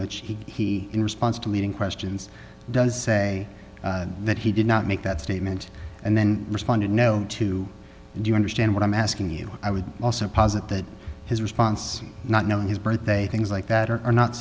which he in response to leading questions does say that he did not make that statement and then responded no to do you understand what i'm asking you i would also posit that his response not knowing his birthday things like that or are not